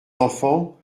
enfants